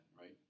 right